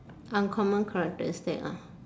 uncommon characteristic ah